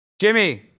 Jimmy